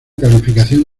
calificación